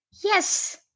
Yes